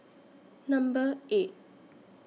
Number eight